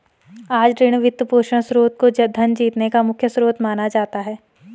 आज ऋण, वित्तपोषण स्रोत को धन जीतने का मुख्य स्रोत माना जाता है